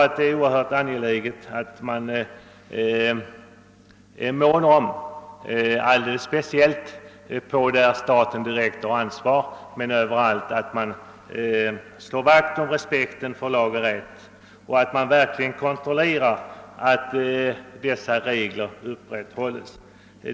Det är oerhört angeläget att man överallt och speciellt där staten har ett direkt ansvar slår vakt om respekten för lag och rätt och verkligen kontrollerar att gällande regler upprätthålles.